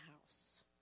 house